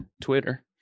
Twitter